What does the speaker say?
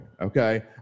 Okay